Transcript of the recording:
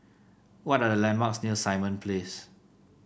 what are the landmarks near Simon Place